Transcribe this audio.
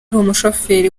n’umushoferi